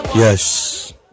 yes